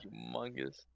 Humongous